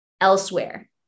elsewhere